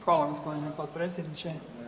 Hvala vam gospodine potpredsjedniče.